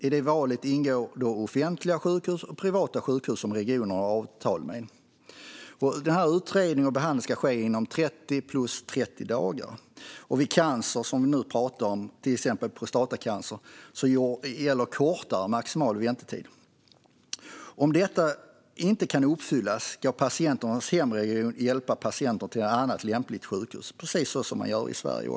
I det valet ingår offentliga sjukhus och privata sjukhus som regionerna har avtal med. Utredning och behandling ska ske inom 30 plus 30 dagar. Vid cancer, till exempel prostatacancer som vi pratar om nu, gäller en kortare maximal väntetid. Om detta inte kan uppfyllas ska patienternas hemregion hjälpa dem till ett annat lämpligt sjukhus, precis som man gör i Sverige.